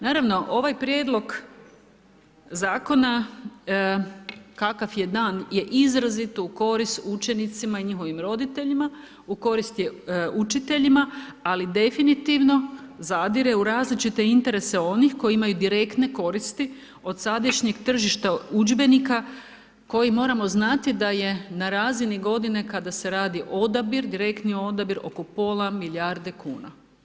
Naravno, ovaj prijedlog zakona kakav je dan je izrazito u korist učenicima i njihovim roditeljima, u korist je učiteljima ali definitivno zadire u različite interese onih koji imaju direktne koristi od sadašnjeg tržišta udžbenika koji moramo znati da je na razini godine kada se radio odabir, direktni odabir oko pola milijarde kuna.